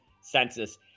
census